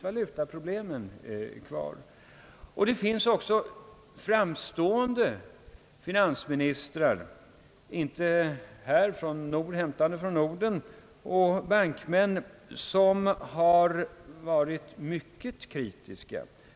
Valutaproblemen är kvar, och det finns också framstående finansministrar — inte här från Norden — och bankmän som har varit mycket kritiska.